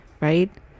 right